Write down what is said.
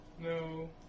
No